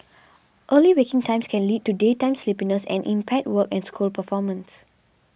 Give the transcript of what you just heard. early waking times can lead to daytime sleepiness and impaired work and school performance